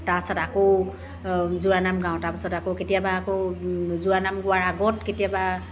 তাৰপাছত আকৌ জোৰানাম গাওঁ তাৰপাছত আকৌ কেতিয়াবা আকৌ জোৰানাম গোৱাৰ আগত কেতিয়াবা